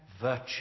virtue